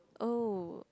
oh